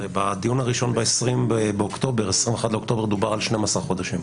בדיון הראשון ב-21 באוקטובר דובר על 12 חודשים.